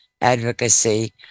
advocacy